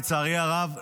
לצערי הרב,